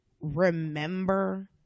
remember